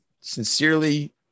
sincerely